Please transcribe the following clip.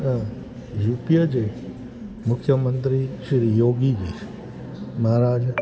ऐं यूपीअ जे मुख्यमंत्री श्री योगी महाराज